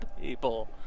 people